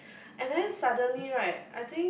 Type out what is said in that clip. and then suddenly right I think